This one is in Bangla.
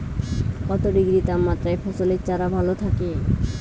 কত ডিগ্রি তাপমাত্রায় ফসলের চারা ভালো থাকে?